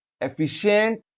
efficient